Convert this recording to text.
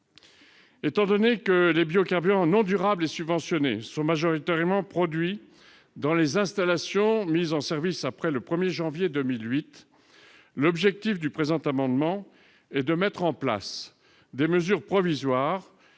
Étant donné que les biocarburants non durables et subventionnés sont majoritairement produits dans les installations mises en service après le 1 janvier 2008, l'objet du présent amendement est de mettre en place des mesures provisoires